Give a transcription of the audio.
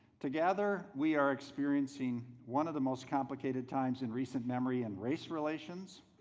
together we are experiencing one of the most complicated times in recent memory in race relations.